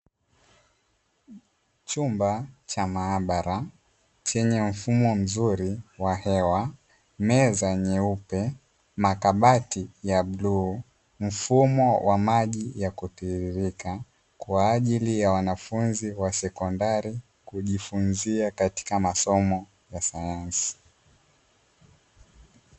Chumba cha maabara chenye mfumo mzuri wa hewa, meza nyeupe, makabati ya bluu, mfumo wa maji ya kutiririka kwa ajili ya wanafunzi wa sekondari kujifunzia katika masomo ya sayansi.